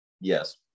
yes